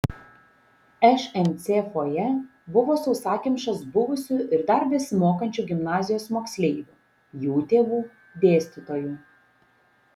šmc fojė buvo sausakimšas buvusių ir dar besimokančių gimnazijos moksleivių jų tėvų dėstytojų